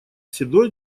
седой